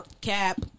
cap